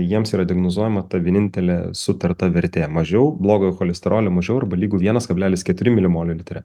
jiems yra diagnozuojama ta vienintelė sutarta vertė mažiau blogojo cholesterolio mažiau arba lygu vienas kablelis keturi milimolio litre